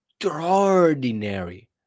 extraordinary